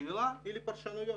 השאלה היא לפרשנויות,